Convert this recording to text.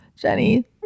Jenny